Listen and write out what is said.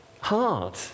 hard